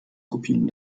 kopien